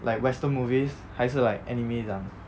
like western movies 还是 like anime 这样